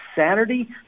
Saturday